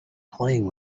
playing